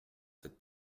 cette